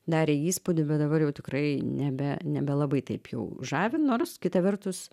darė įspūdį bet dabar jau tikrai nebe nebelabai taip jau žavi nors kita vertus